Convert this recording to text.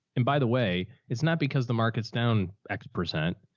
and by the way, it's not because the market's down x percent,